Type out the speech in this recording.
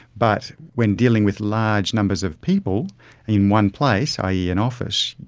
but when dealing with large numbers of people in one place, i. e. an office,